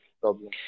problem